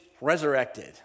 resurrected